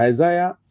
Isaiah